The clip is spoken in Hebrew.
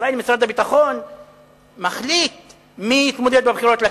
שבישראל משרד הביטחון מחליט מי יתמודד בבחירות לכנסת.